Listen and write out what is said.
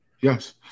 yes